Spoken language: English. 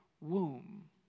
womb